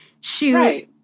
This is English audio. shoot